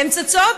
הן צצות.